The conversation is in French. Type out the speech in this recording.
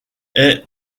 est